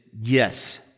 yes